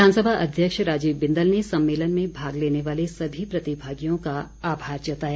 विधानसभा अध्यक्ष राजीव बिंदल ने सम्मेलन में भाग लेने वाले सभी प्रतिमागियों का आभार जताया